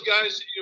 guys